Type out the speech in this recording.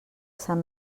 sant